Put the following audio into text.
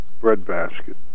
breadbasket